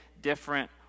different